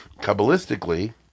Kabbalistically